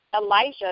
Elijah